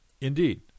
Indeed